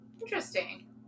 Interesting